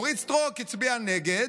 אורית סטרוק הצביעה נגד,